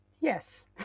Yes